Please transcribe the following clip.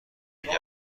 میگم